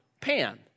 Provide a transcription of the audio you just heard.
Pan